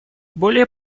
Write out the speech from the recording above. более